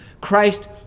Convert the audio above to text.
christ